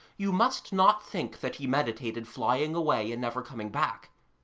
you must not think that he meditated flying away and never coming back.